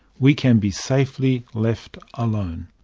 we can be safely left alone.